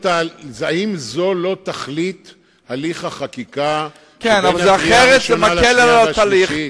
האם זו לא תכלית הליך החקיקה שבין הקריאה הראשונה לבין השנייה והשלישית?